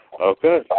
Okay